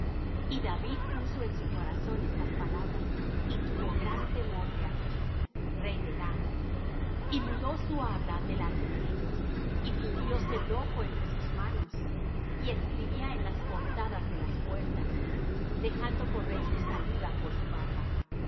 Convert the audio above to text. y david puso en su corazón estas palabras y tuvo gran temor de achs rey de gath y mudó su habla delante de ellos y fingióse loco entre sus manos y escribía en las portadas de las puertas dejando correr su saliva por su barba